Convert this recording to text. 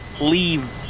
leave